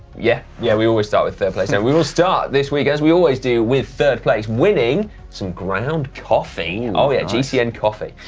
yeah yeah we always start with third place. and we will start this week, as we always do, with third place winning some ground coffee. and gcn coffee,